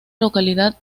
localidad